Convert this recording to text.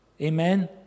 Amen